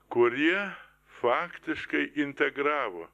kurie faktiškai integravo